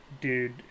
dude